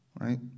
right